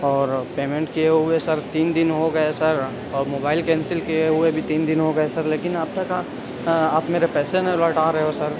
اور پیمینٹ کیے ہوئے سر تین دن ہو گٮٔے سر اور موبائل کینسل کٮٔے ہوئے بھی تین دن ہو گٮٔے سر لیکن اب تک آپ میرے پیسے نہ لوٹا رہے ہو سر